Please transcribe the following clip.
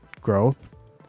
growth